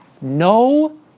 no